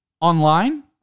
online